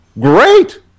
great